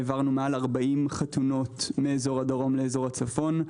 העברנו מעל 40 חתונות מאזור הדרום לאזור הצפון,